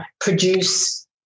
produce